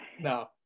No